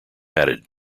added